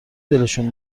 دلشون